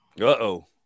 uh-oh